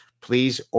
please